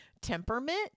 temperament